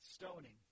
stoning